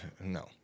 no